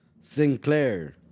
Sinclair